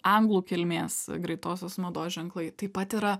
anglų kilmės greitosios mados ženklai taip pat yra